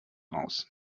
raus